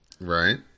Right